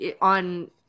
on